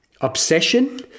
obsession